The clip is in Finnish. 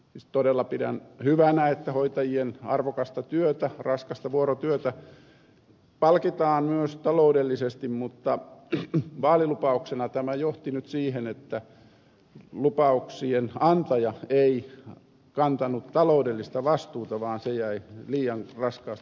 siis todella pidän hyvänä että hoitajien arvokasta työtä raskasta vuorotyötä palkitaan myös taloudellisesti mutta vaalilupauksena tämä johti nyt siihen että lupauksien antaja ei kantanut taloudellista vastuuta vaan se jäi liian raskaasti kunnille